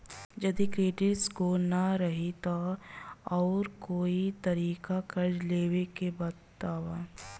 जदि credit score ना रही त आऊर कोई तरीका कर्जा लेवे के बताव?